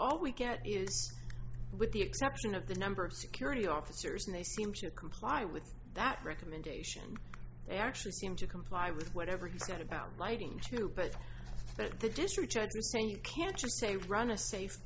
all we get is with the exception of the number of security officers and they seem to comply with that recommendation they actually seem to comply with whatever he's got about writing to you but that the district judge is saying you can't just say run a safe